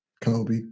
Kobe